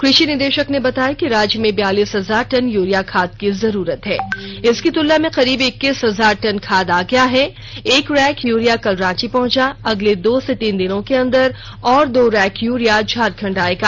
कृषि निदेषक ने बताया कि राज्य में बियालीस हजार टन यूरिया खाद की जरूरत है इसकी तुलना में करीब इक्कीस हजार टन खाद आ गया है एक रैक यूरिया कल रांची पहुंचा है अगले दो से तीन दिनों के अंदर और दो रैक यूरिया झारखंड आएगा